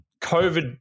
COVID